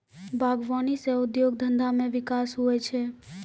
बागवानी से उद्योग धंधा मे बिकास हुवै छै